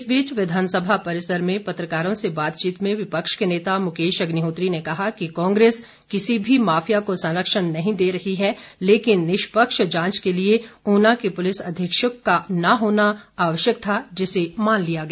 इस बीच विधानसभा परिसर में पत्रकारों से बातचीत में विपक्ष के नेता मुकेश अग्निहोत्री ने कहा कि कांग्रेस किसी भी माफिया को संरक्षण नहीं दे रही है लेकिन निष्पक्ष जांच के लिए ऊना के पुलिस अधीक्षक का न होना आवश्यक था जिसे मान लिया गया